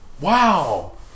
wow